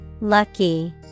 Lucky